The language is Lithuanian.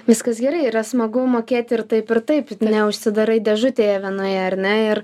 viskas gerai yra smagu mokėti ir taip ir taip neužsidarai dėžutėje vienoje ar ne ir